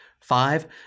Five